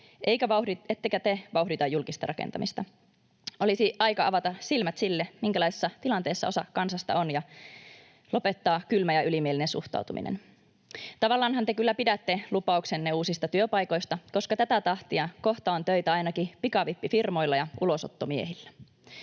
ettekä te vauhdita julkista rakentamista. Olisi aika avata silmät sille, minkälaisessa tilanteessa osa kansasta on, ja lopettaa kylmä ja ylimielinen suhtautuminen. Tavallaanhan te kyllä pidätte lupauksenne uusista työpaikoista, koska tätä tahtia kohta on töitä ainakin pikavippifirmoilla ja ulosottomiehillä.